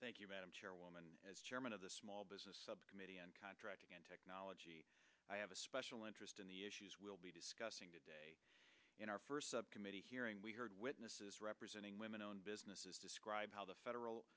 thank you madam chairwoman as chairman of the small business subcommittee on contracting and technology i have a special interest in the issues we'll be discussing today in our first subcommittee hearing we heard witnesses representing women owned businesses describe how the federal